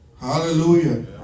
Hallelujah